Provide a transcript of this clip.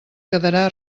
quedarà